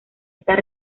estas